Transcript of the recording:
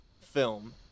film